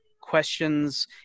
questions